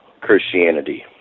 Christianity